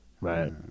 Right